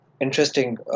interesting